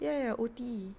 ya ya O_T